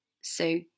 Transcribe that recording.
So